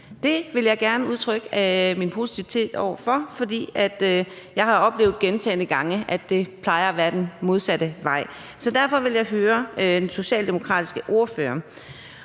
Det vil jeg gerne udtrykke mine positive tilkendegivelser over for, for jeg har gentagne gange oplevet, at det plejer at gå den modsatte vej. Derfor vil jeg høre den socialdemokratiske ordfører,